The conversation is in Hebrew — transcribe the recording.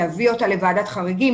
להביא אותה לוועדת חריגים,